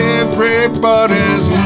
everybody's